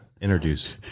Introduce